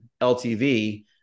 LTV